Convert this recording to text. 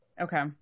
Okay